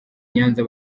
nyanza